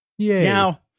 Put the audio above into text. Now